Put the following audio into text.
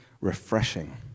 refreshing